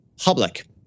public